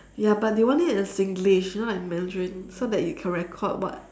ya but they want it in singlish not in mandarin so that you can record what~